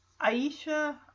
Aisha